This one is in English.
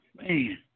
Man